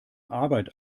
arbeit